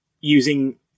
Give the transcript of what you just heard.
using